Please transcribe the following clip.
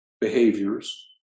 behaviors